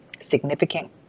significant